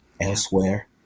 elsewhere